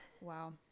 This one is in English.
Wow